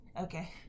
Okay